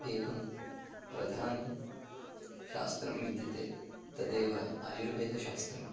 एकं प्रधानं शास्त्रं विद्यते तदेव आयुर्वेदशास्त्रम्